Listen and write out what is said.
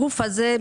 הגוף הזה,